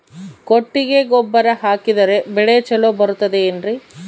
ಕೊಟ್ಟಿಗೆ ಗೊಬ್ಬರ ಹಾಕಿದರೆ ಬೆಳೆ ಚೊಲೊ ಬರುತ್ತದೆ ಏನ್ರಿ?